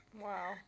Wow